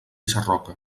sarroca